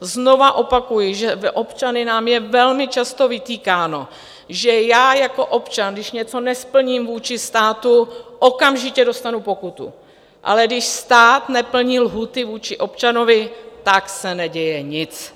Znovu opakuji, že občany nám je velmi často vytýkáno, že já jako občan, když něco nesplním vůči státu, okamžitě dostanu pokutu, ale když stát neplní lhůty vůči občanovi, tak se neděje nic!